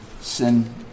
sin